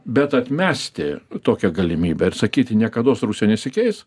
bet atmesti tokią galimybę ir sakyti niekados rusija nesikeis